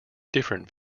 different